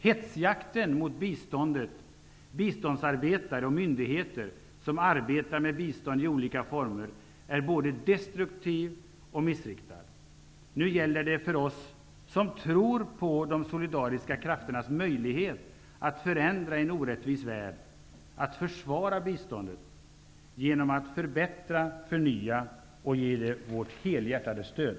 Hetsjakten mot biståndet, biståndsarbetare och myndigheter som arbetar med bistånd i olika former, är både destruktiv och missriktad. Nu gäller det för oss som tror på de solidariska krafternas möjlighet att förändra en orättvis värld, att försvara biståndet genom att förbättra, förnya och ge vårt helhjärtade stöd.